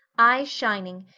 eyes shining,